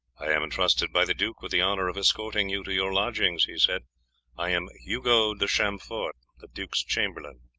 i am intrusted by the duke with the honour of escorting you to your lodgings, he said i am hugo de chamfort, the duke's chamberlain.